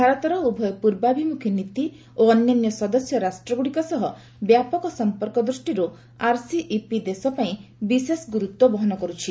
ଭାରତର ଉଭୟ ପୂର୍ବାଭିମୁଖୀ ନୀତି ଓ ଅନ୍ୟାନ୍ୟ ସଦସ୍ୟ ରାଷ୍ଟ୍ରଗୁଡ଼ିକ ସହ ବ୍ୟାପକ ସଂପର୍କ ଦୃଷ୍ଟିରୁ ଆର୍ସିଇପି ଦେଶ ପାଇଁ ବିଶେଷ ଗୁରୁତ୍ୱ ବହନ କରୁଛି